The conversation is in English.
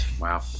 Wow